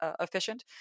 efficient